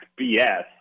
BS